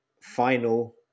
final